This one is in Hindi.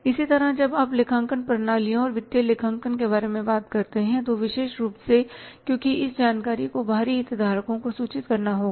इसी तरह जब आप लेखांकन प्रणालियों और वित्तीय लेखांकन के बारे में बात करते हैं विशेष रूप से क्योंकि इस जानकारी को बाहरी हितधारकों को सूचित करना होगा